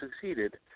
succeeded